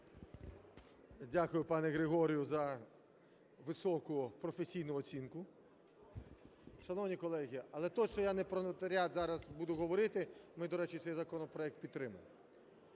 Дякую пану Григорію за високу професійну оцінку. Шановні колеги, але точно я не про нотаріат зараз буду говорити, ми, до речі, цей законопроект підтримуємо.